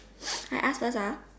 I ask first ah